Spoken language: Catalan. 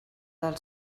del